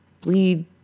bleed